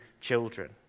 children